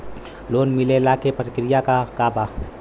Loan मिलेला के प्रक्रिया का बा?